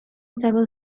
several